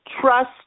Trust